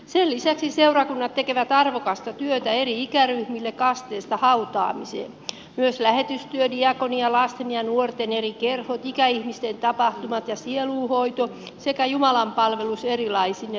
sen lisäksi seurakunnat tekevät arvokasta työtä eri ikäryhmille kasteesta hautaamiseen myös lähetystyö diakonia lasten ja nuorten eri kerhot ikäihmisten tapahtumat ja sielunhoito sekä jumalanpalvelus erilaisine piireineen